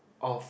of